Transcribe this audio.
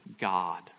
God